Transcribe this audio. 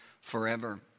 forever